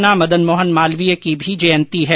आज महामना मदन मोहन मालवीय की भी जयंती है